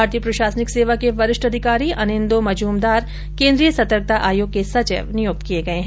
मारतीय प्रशासनिक सेवा के वरिष्ठ अधिकारी अनिंदो मजुमदार केन्द्रीय सतर्कता आयोग के सचिव नियुक्त किए गए हैं